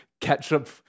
ketchup